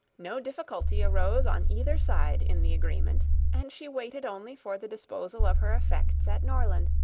no difficulty arose on either side in the agreement and she waited only for the disposal of her effects at norland,